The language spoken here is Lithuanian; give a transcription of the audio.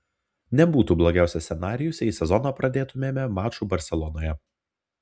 nebūtų blogiausias scenarijus jei sezoną pradėtumėme maču barselonoje